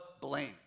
blame